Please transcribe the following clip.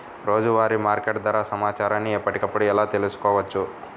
రోజువారీ మార్కెట్ ధర సమాచారాన్ని ఎప్పటికప్పుడు ఎలా తెలుసుకోవచ్చు?